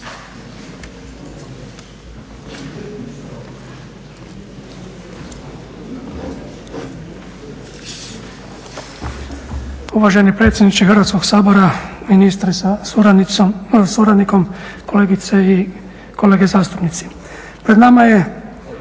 Uvaženi predsjedniče Hrvatskog sabora, ministre sa suradnikom, kolegice i kolege zastupnici. Pred nama je